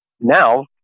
Now